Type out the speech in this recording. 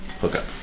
hookup